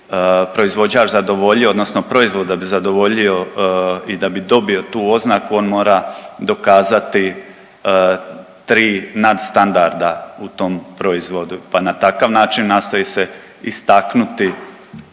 proizvođač zadovoljio odnosno proizvod da bi zadovoljio i da bi dobio tu oznaku on mora dokazati 3 nadstandarda u tom proizvodu, pa na takav način nastoji se istaknuti